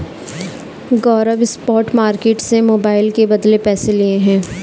गौरव spot market से mobile के बदले पैसे लिए हैं